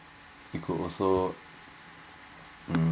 you could also um